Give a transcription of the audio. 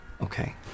Okay